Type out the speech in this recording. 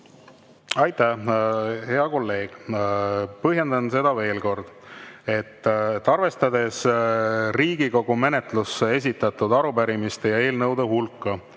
Aitäh, hea kolleeg! Põhjendan seda veel kord. Arvestades Riigikogu menetlusse esitatud arupärimiste ja eelnõude hulka,